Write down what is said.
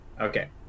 Okay